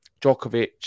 Djokovic